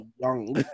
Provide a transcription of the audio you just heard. young